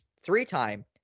three-time